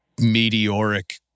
meteoric